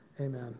Amen